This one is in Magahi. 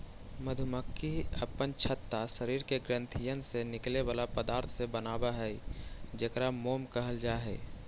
मधुमक्खी अपन छत्ता शरीर के ग्रंथियन से निकले बला पदार्थ से बनाब हई जेकरा मोम कहल जा हई